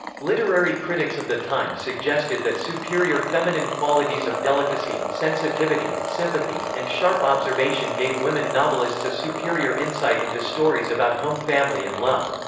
literary critics of the time suggested that superior feminine qualities of delicacy, sensitivity, sympathy, and sharp observation gave women novelists a superior insight into stories about home family and love.